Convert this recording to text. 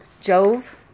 Jove